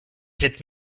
sept